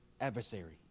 adversary